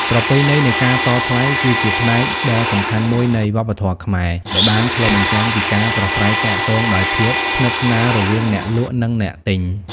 ប្រពៃណីនៃការតថ្លៃ គឺជាផ្នែកដ៏សំខាន់មួយនៃវប្បធម៌ខ្មែរ ដែលបានឆ្លុះបញ្ចាំងពីការប្រាស្រ័យទាក់ទងដោយភាពស្និទ្ធស្នាលរវាងអ្នកលក់ និងអ្នកទិញ។